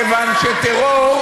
כיוון שטרור,